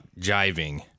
jiving